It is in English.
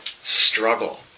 struggle